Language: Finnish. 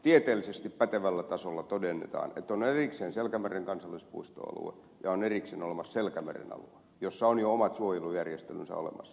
tieteellisesti pätevällä tasolla todennetaan että on erikseen selkämeren kansallispuistoalue ja on erikseen olemassa selkämeren alue jolla on jo omat suojelujärjestelynsä olemassa